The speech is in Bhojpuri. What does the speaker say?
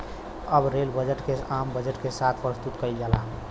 अब रेल बजट के आम बजट के साथ प्रसतुत कईल जाला